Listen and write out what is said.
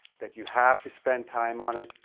that you have to spend time on it.